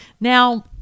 Now